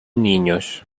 niños